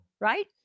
Right